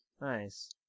Nice